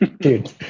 Dude